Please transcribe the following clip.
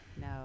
No